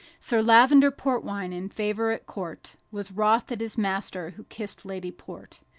sir lavender portwine, in favor at court, was wroth at his master, who'd kissed lady port.